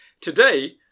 Today